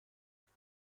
خودش